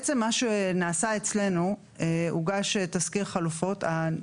בעצם מה שנעשה אצלנו הוגש תסקיר חלופות,